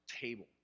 table